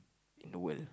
in the world